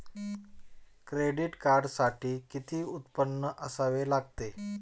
Credit कार्डसाठी किती उत्पन्न असावे लागते?